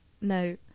No